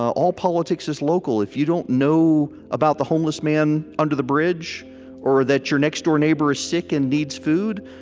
all politics is local. if you don't know about the homeless man under the bridge or that your next-door neighbor is sick and needs food,